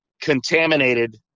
contaminated